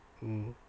mmhmm